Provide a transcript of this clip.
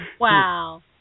Wow